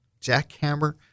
jackhammer